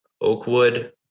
Oakwood